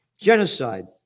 Genocide